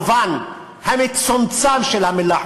חילונית במובן המצומצם של המילה,